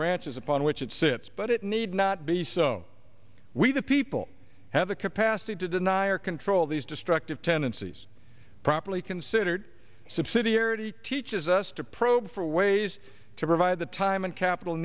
branches upon which it sits but it need not be so we the people have the capacity to deny or control these destructive tendencies properly considered subsidiarity teaches us to probe for ways to provide the time and capital